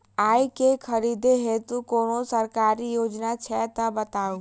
आइ केँ खरीदै हेतु कोनो सरकारी योजना छै तऽ बताउ?